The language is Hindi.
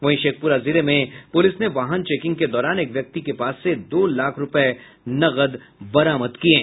वहीं शेखपुरा जिले में पुलिस ने वाहन चेकिंग के दौरान एक व्यक्ति के पास से दो लाख रूपए नकद जब्त किये है